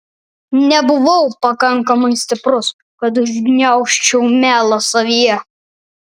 nebuvau pakankamai stiprus kad užgniaužčiau melą savyje